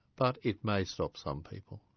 but it may stop some people.